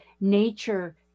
nature